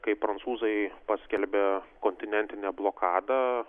kai prancūzai paskelbė kontinentinę blokadą